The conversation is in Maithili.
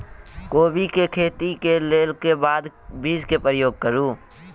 कोबी केँ खेती केँ लेल केँ खाद, बीज केँ प्रयोग करू?